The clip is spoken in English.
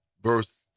verse